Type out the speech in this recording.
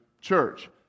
church